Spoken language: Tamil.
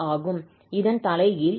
இதன் தலைகீழ் 𝑒−𝑎𝑡𝐻𝑡 என்பதை அறியலாம்